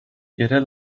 yerel